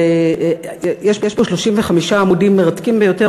יש פה 35 עמודים מרתקים ביותר,